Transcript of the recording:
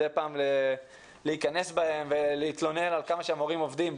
מדי פעם להיכנס בהם ולהתלונן על כמה שהמורים עובדים,